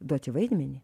duoti vaidmenį